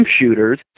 shooters